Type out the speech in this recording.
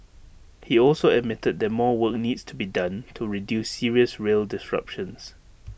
he also admitted that more work needs to be done to reduce serious rail disruptions